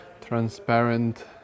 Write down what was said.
transparent